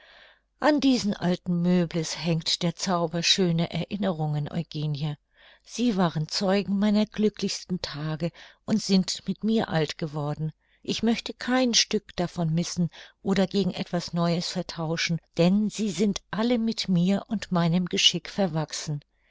an diesen alten meubles hängt der zauber schöner erinnerungen eugenie sie waren zeugen meiner glücklichsten tage und sind mit mir alt geworden ich möchte kein stück davon missen oder gegen etwas neues vertauschen denn sie sind alle mit mir und meinem geschick verwachsen